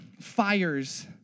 fires